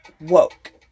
woke